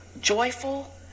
joyful